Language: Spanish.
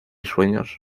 sueños